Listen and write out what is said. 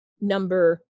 number